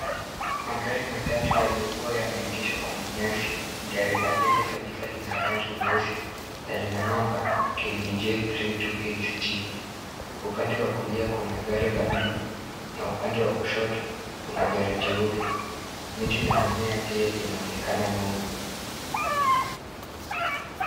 Magari matatu yaliyokuwa yameegeshwa kwenye nyasi. Gari la mbele kabisa lina rangi nyeusi na lina namba KDJ 328G. Upande wa kulia kuna gari la buluu na upande wa kushoto kuna gari jeupe. Miti na mimea pia inaonekana nyuma.